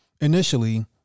Initially